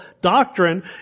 doctrine